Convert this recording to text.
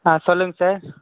ஆ சொல்லுங்கள் சார்